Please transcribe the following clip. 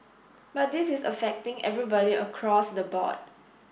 but this is affecting everybody across the board